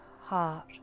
heart